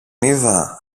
είδα